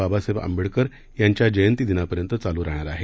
बाबासाहेब आंबेडकर यांच्या जयंतीदिनापर्यंत चालू राहणार आहे